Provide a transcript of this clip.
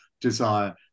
desire